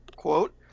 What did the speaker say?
quote